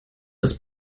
des